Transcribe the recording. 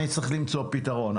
אני צריך למצוא פתרון.